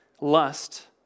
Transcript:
Lust